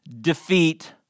defeat